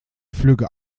flügge